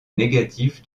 négatif